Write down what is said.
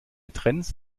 trends